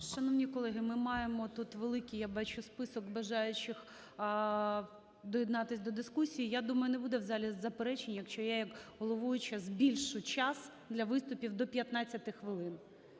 Шановні колеги, ми маємо тут великий, я бачу, список бажаючих доєднатися до дискусії. Я думаю, не буде в залі заперечень, якщо я як головуюча збільшу час для виступів до 15 хвилин.